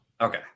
okay